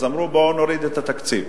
אז אמרו: בואו נוריד את התקציב.